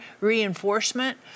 reinforcement